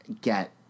get